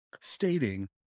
stating